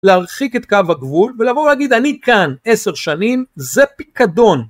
להרחיק את קו הגבול ולבוא ולהגיד אני כאן עשר שנים זה פיקדון.